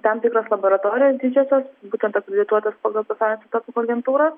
tam tikros laboratorijos didžiosios būtent akredituotos pagal pasaulinę antidopingo agentūros